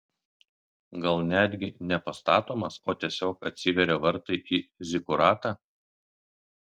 gal netgi ne pastatomas o tiesiog atsiveria vartai į zikuratą